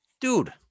dude